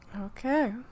Okay